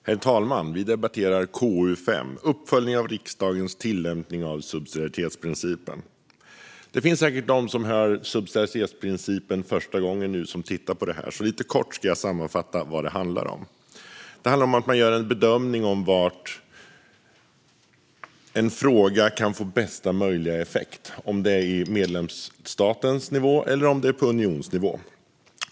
Herr talman! Vi debatterar konstitutionsutskottets betänkande 5 om uppföljning av riksdagens tillämpning av subsidiaritetsprincipen. Det finns säkert bland dem som tittar och lyssnar på detta några som hör ordet subsidiaritetsprincipen för första gången. Jag ska därför litet kortfattat sammanfatta vad den handlar om. Den handlar om att man gör en bedömning av på vilken nivå man anser att ett förslag borde genomföras för att få bästa möjliga effekt, om det är på medlemsstatens nivå eller om det är på unionsnivå.